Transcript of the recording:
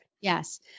Yes